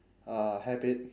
uh habit